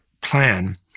plan